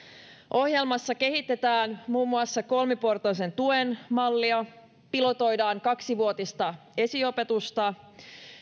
ohjelmassa kehitetään muun muassa kolmiportaisen tuen mallia pilotoidaan kaksivuotista esiopetusta